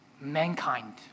mankind